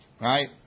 right